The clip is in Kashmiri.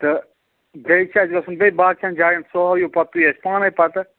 تہٕ بیٚیہِ چھِ اَسہِ گژھُن بیٚیہِ باقِیَن جایَن سُہ ہٲوِو پتہٕ تُہۍ اَسہِ پانٕے پَتہٕ